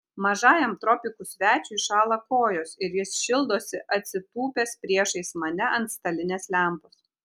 mažajam tropikų svečiui šąla kojos ir jis šildosi atsitūpęs priešais mane ant stalinės lempos